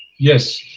yes.